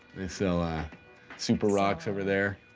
they sell ah super rocks over there.